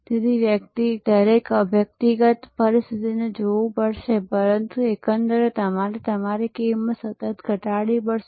તેથી વ્યક્તિએ દરેક વ્યક્તિગત પરિસ્થિતિને જોવી પડશે પરંતુ એકંદરે તમારે તમારી કિંમત સતત ઘટાડવી પડશે